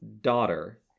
daughter